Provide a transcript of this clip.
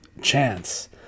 chance